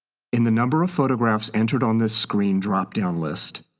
in the number of photographs entered on this screen drop down list,